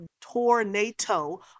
tornado